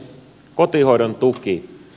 kotihoidon tuki